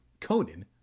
Conan